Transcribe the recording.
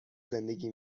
زندگی